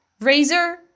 razor